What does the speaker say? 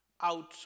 out